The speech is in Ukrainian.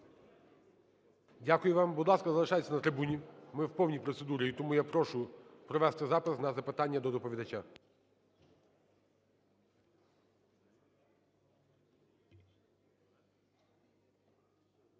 Дякую вам. Будь ласка, залишайтеся на трибуні. Ми в повній процедурі, і тому я прошу провести запис на запитання до доповідача.